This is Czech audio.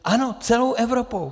Ano, celou Evropou.